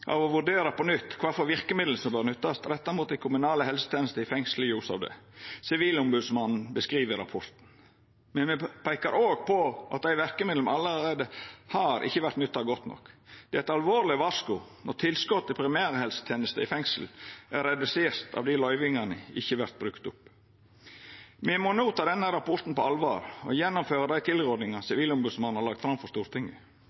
av å vurdera på nytt kva verkemiddel som bør nyttast retta mot dei kommunale helsetenestene i fengsel, i ljos av det Sivilombodsmannen beskriv i rapporten. Me peikar òg på at dei verkemidla me allereie har, ikkje vert nytta godt nok. Det er eit alvorleg varsku når tilskotet til primærhelsetenesta i fengsel vert redusert av di løyvingane ikkje vert brukte opp. Me må no ta denne rapporten på alvor og gjennomføra dei tilrådingane Sivilombodsmannen har lagt fram for Stortinget.